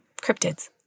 cryptids